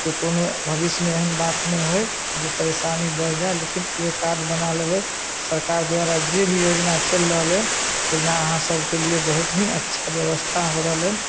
के कोनो भविष्यमे एहन बात नहि होइ जे परेशानी बढ़ि जाइ लेकिन तैओ कार्ड बना लेबै सरकार द्वारा जे भी योजना चलि रहल हइ योजना अहाँसभके लिए बहुत ही अच्छा बेबस्था हो रहले हन